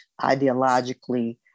ideologically